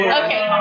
okay